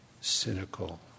cynical